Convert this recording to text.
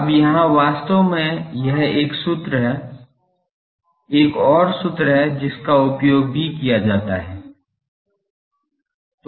अब यहाँ वास्तव में यह एक सूत्र है एक और सूत्र है जिसका उपयोग भी किया जाता है